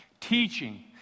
teaching